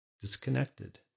disconnected